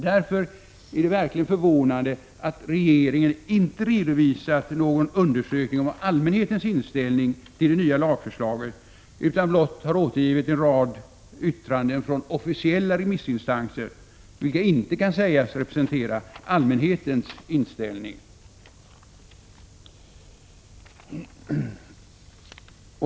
Det är därför verkligen förvånande att regeringen inte har redovisat någon undersökning om allmänhetens inställning till det nya lagförslaget utan blott har återgivit en rad yttranden från officiella remissinstanser, vilka inte kan sägas representera allmänhetens inställning.